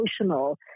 emotional